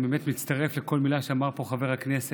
אני באמת מצטרף לכל מילה שאמר פה חבר הכנסת